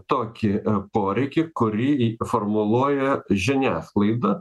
tokį poreikį kurį formuluoja žiniasklaida